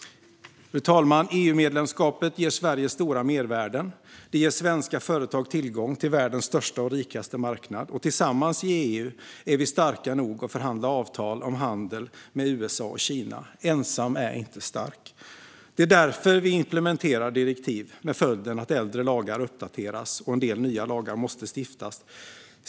Fru talman! EU-medlemskapet ger Sverige stora mervärden. Det ger svenska företag tillgång till världens största och rikaste marknad, och tillsammans i EU är vi starka nog att förhandla fram avtal om handel med USA och Kina. Ensam är inte stark. Det är därför vi implementerar direktiv med följden att äldre lagar uppdateras och att en del nya lagar måste stiftas.